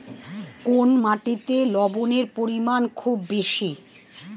কোন মাটিতে লবণের পরিমাণ খুব বেশি?